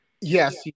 Yes